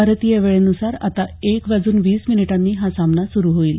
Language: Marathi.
भारतीय वेळेनुसार आता एक वाजून वीस मिनिटांनी हा सामना सुरू होईल